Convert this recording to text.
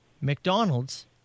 McDonald's